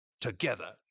Together